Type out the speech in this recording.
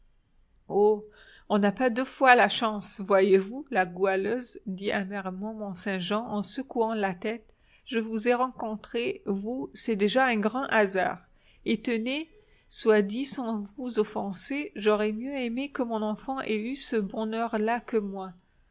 oh on n'a pas deux fois la chance voyez-vous la goualeuse dit amèrement mont-saint-jean en secouant la tête je vous ai rencontrée vous c'est déjà un grand hasard et tenez soit dit sans vous offenser j'aurais mieux aimé que mon enfant ait eu ce bonheur-là que moi